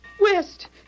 West